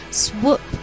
swoop